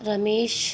Ramesh